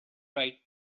right